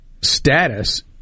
status